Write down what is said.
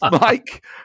Mike